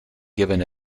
given